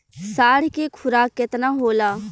साढ़ के खुराक केतना होला?